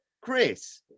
Chris